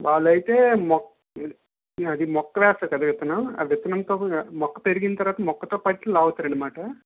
వాళ్లైతే మొ మొక్క వేస్తారు కదా విత్తనం ఆ విత్తనం మొక్క పెరిగిన తర్వాత మొక్కతో పాటూ లాగుతారు అనమాట